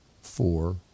four